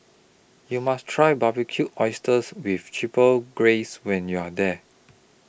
YOU must Try Barbecued Oysters with Chipotle Glaze when YOU Are here